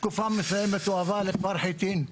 תקופה מסוימת הוא עבר לכפר חיטים,